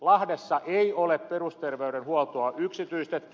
lahdessa ei ole perusterveydenhuoltoa yksityistetty